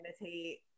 imitate